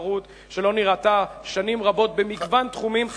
לתחרות שלא נראתה שנים רבות במגוון תחומים.